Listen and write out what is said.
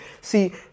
see